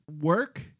work